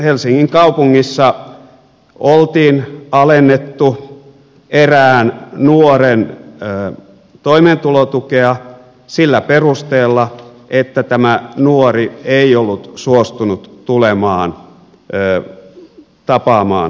helsingin kaupungissa oltiin alennettu erään nuoren toimeentulotukea sillä perusteella että tämä nuori ei ollut suostunut tulemaan tapaamaan sosiaalityöntekijää